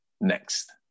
next